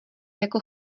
jako